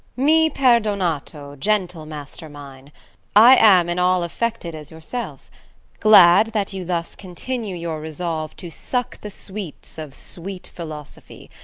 mi perdonato, gentle master mine i am in all affected as yourself glad that you thus continue your resolve to suck the sweets of sweet philosophy.